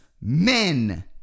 men